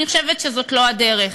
אני חושבת שזאת לא הדרך,